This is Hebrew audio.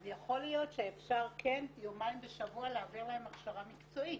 אז יכול להיות שאפשר כן יומיים בשבוע להעביר להן הכשרה מקצועית.